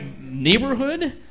neighborhood